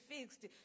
fixed